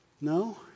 No